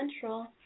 Central